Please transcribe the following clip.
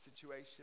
situation